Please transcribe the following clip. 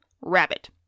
Rabbit